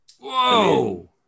Whoa